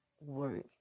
work